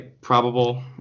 probable